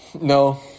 No